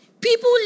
People